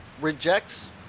rejects